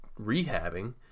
rehabbing